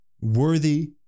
worthy